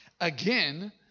again